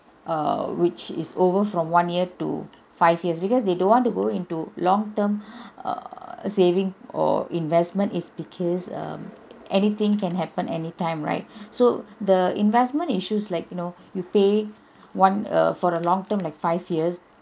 err which is over from one year to five years because they don't want to go into long term err saving or investment is because um anything can happen anytime right so the investment issues like you know you pay one err for the long term like five years